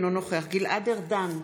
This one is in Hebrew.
אינו נוכח גלעד ארדן,